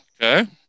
okay